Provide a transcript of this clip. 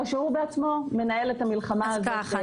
או שהוא בעצמו מנהל את המאבק הזה.